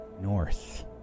north